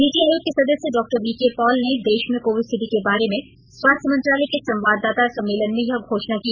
नीति आयोग के सदस्य डॉ वी के पॉल ने देश में कोविड स्थिति के बारे में स्वास्थ्य मंत्रालय के संवाददाता सम्मेलन में यह घोषणा की